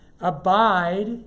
abide